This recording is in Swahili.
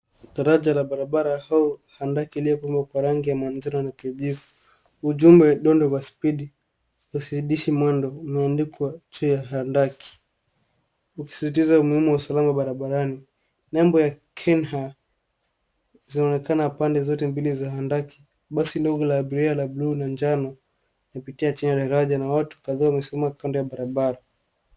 Daraja la barabara au handaki iliyopakwa kwa rangi ya manjano na kijivu. Ujumbe Dont Overspeed 'Usizidishe Mwendo' umeandikwa juu ya handaki ukisisitiza umuhimu wa usalama wa barabarani. Nembo ya KenHa zinaonekana pande zote mbili za handaki. Basi ndogo la abiria la buluu na njano hupitia chini ya daraja. Na watu kadhaa wamesimama kando ya barabara.